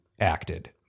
acted